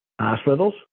Hospitals